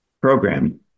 program